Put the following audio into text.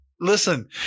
Listen